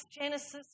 Genesis